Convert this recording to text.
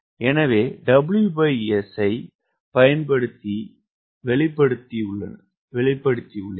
எனவே WS ஐப் பயன்படுத்தி வெளிப்படுத்தியுள்ளனர்